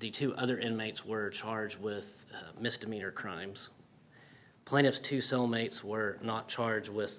the two other inmates were charged with misdemeanor crimes plaintiff's two soul mates were not charged with